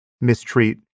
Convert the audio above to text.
mistreat